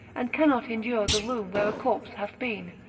and cannot endure the room where a corpse hath been,